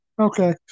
Okay